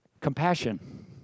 Compassion